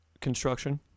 Construction